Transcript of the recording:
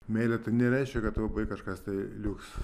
meilė tai nereiškia kad tu kažkas tai liuks